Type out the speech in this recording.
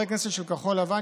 העמדה הזאת לא השתנתה.